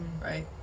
right